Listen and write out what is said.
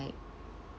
like